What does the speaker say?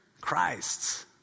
Christ's